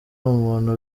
umuntu